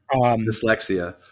Dyslexia